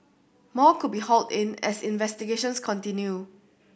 more could be hauled in as investigations continue